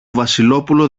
βασιλόπουλο